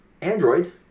Android